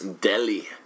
Delhi